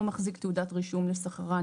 או מחזיק תעודת רישום לסחרן,